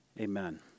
Amen